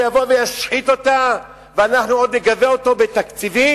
וישחית אותה, ואנחנו עוד נגבה אותו בתקציבים?